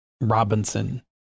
Robinson